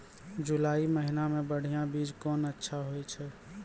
जुलाई महीने मे बढ़िया बीज कौन अच्छा होय छै?